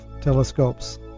telescopes